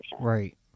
right